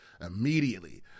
immediately